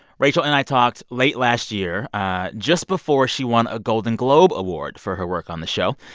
rachel and i talked late last year just before she won a golden globe award for her work on the show.